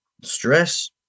stress